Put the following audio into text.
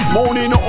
morning